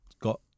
got